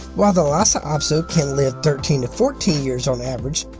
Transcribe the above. while the lhasa apso can live thirteen fourteen years on average,